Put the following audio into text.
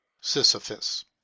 Sisyphus